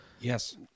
yes